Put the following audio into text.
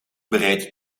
bereid